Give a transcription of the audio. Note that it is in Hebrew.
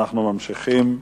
אנחנו ממשיכים: